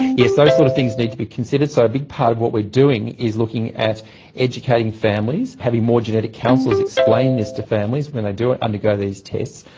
yes, those sort of things need to be considered. so a big part of what we are doing is looking at educating families, having more genetic councils explain this to families when they do undergo these tests,